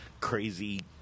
crazy